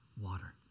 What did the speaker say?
water